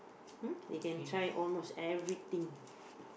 hmm they can try almost everything